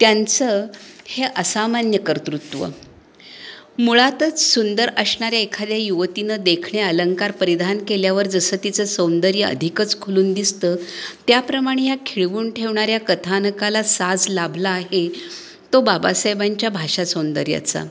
त्यांचं हे असामान्य कर्तृत्व मुळातच सुंदर असणाऱ्या एखाद्या युवतीनं देखणे अलंकार परिधान केल्यावर जसं तिचं सौंदर्य अधिकच खुलून दिसतं त्याप्रमाणे ह्या खिळवून ठेवणाऱ्या कथानकाला साज लाभला आहे तो बाबासाहेबांच्या भाषा सौंदर्याचा